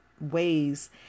Ways